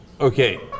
Okay